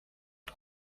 une